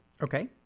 Okay